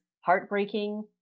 heartbreaking